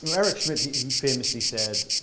um eric schmidt, he he famously said,